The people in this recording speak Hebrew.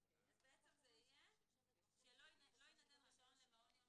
אז בעצם זה יהיה שלא יינתן רישיון למעון יום